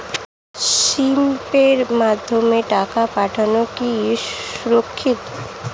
ভিম পের মাধ্যমে টাকা পাঠানো কি সুরক্ষিত?